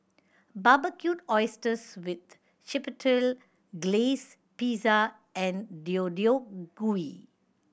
Barbecued Oysters with Chipotle Glaze Pizza and Deodeok Gui